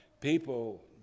people